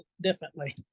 differently